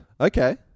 Okay